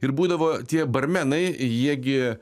ir būdavo tie barmenai jie gi